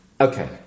Okay